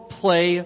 play